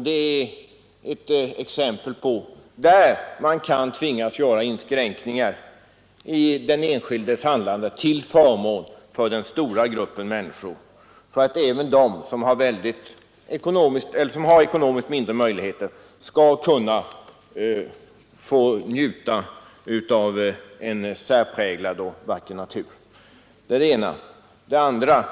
Det är ett exempel på områden där man kan tvingas göra inskränkningar i den enskildes handlande till förmån för den stora gruppen människor som inte har så stora ekonomiska möjligheter. Även dessa människor skall kunna få njuta av en särpräglad och vacker natur. Det var det ena. Det andra